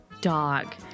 dog